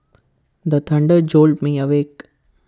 the tender jolt me awake